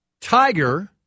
Tiger